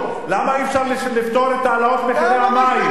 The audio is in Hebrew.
למה אי-אפשר לפתור את העלאות מחירי המים?